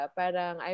parang